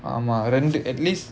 ஆமா ரெண்டு: aamaa rendu at least